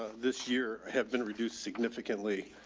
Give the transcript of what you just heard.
this year i have been reduced significantly,